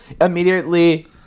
immediately